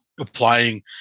applying